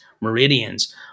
meridians